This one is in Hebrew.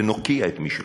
ונוקיע את מי שלא.